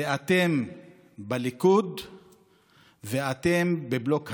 ואתם בליכוד ואתם בבלוק הימין.